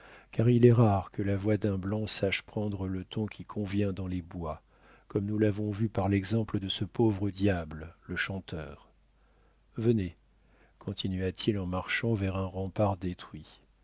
car il est rare que la voix d'un blanc sache prendre le ton qui convient dans les bois comme nous l'avons vu par l'exemple de ce pauvre diable le chanteur venez continua-t-il en marchant vers un rempart détruit